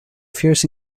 fierce